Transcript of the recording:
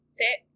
sit